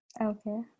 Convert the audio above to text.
Okay